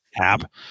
app